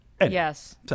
Yes